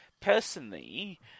personally